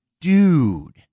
dude